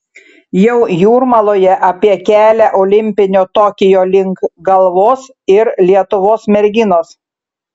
jau jūrmaloje apie kelią olimpinio tokijo link galvos ir lietuvos merginos